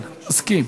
כן, מסכים.